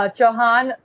Chauhan